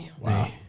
Wow